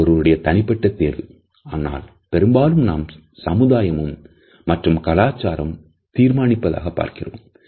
அது ஒருவருடைய தனிப்பட்ட தேர்வு ஆனால் பெரும்பாலும் நாம் சமுதாயம் மற்றும் கலாச்சாரம் தீர்மானிப்பதாக பார்க்கிறோம்